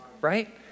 Right